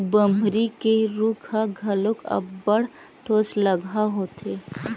बमरी के रूख ह घलो अब्बड़ ठोसलगहा होथे